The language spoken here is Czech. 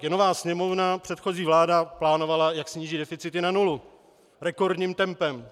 Je nová Sněmovna, předchozí vláda plánovala, jak snížit deficit i na nulu rekordním tempem.